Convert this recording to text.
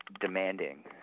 demanding